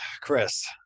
Chris